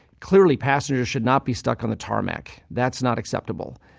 clearly passengers should not be stuck on the tarmac. that's not acceptable.